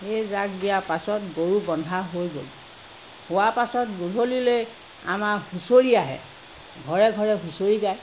সেই জাগ দিয়াৰ পাছত গৰু বন্ধা হৈ গ'ল হোৱা পাছত গধূলিলৈ আমাৰ হুঁচৰি আহে ঘৰে ঘৰে হুঁচৰি গায়